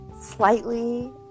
slightly